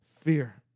fear